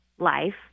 life